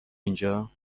اینجا